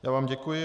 Já vám děkuji.